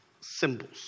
symbols